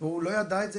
והוא לא ידע את זה,